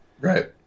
Right